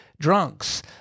Drunks